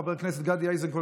חבר הכנסת גדי איזנקוט,